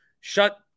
shut